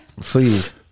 Please